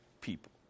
people